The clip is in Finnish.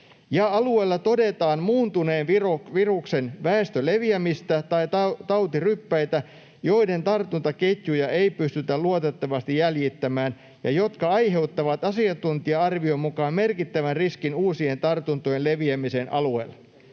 alueella todetaan muuntuneen viruksen väestöleviämistä tai tautiryppäitä, joiden tartuntaketjuja ei pystytä luotettavasti jäljittämään ja jotka aiheuttavat asiantuntija-arvion mukaan merkittävän riskin uusien tartuntojen leviämiseen alueella.”